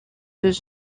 deux